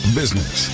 business